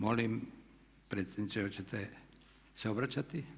Molim predsjedniče, hoćete se obraćati?